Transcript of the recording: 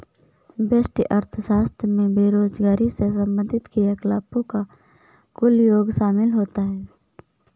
व्यष्टि अर्थशास्त्र में बेरोजगारी से संबंधित क्रियाकलापों का कुल योग शामिल होता है